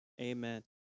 amen